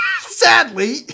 Sadly